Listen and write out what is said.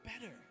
better